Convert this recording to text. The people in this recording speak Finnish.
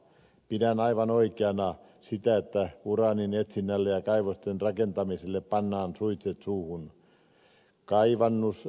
pidän aivan oikeana sitä että uraanin etsinnälle ja kaivosten rakentamiselle pannaan suitset suuhun